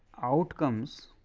outcomes